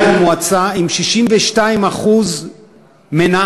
שניהל מועצה עם 62% מנהלות,